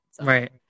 Right